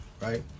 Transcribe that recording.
right